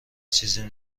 چیزی